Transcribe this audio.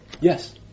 Yes